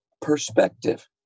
perspective